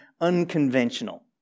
unconventional